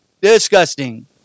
Disgusting